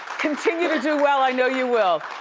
continue to do well, i know you will.